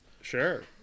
Sure